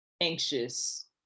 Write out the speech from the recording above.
anxious